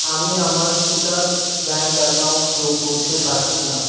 আমি আমার citrus bank account যোগ করতে পারছি না